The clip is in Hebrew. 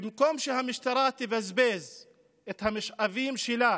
במקום שהמשטרה תבזבז את המשאבים שלה